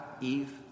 Eve